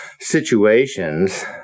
Situations